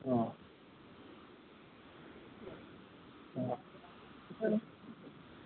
હ